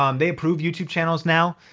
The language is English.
um they approve youtube channels now.